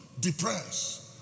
depressed